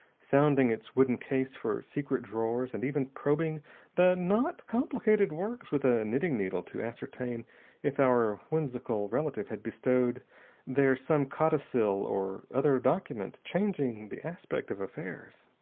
sounding its wooden case for secret drawers, and even probing the not complicated works with a knitting needle to ascertain if our whimsical relative had bestowed there some codicil or other document changing the aspect of affairs.